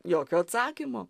jokio atsakymo